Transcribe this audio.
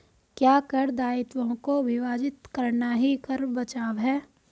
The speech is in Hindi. क्या कर दायित्वों को विभाजित करना ही कर बचाव है?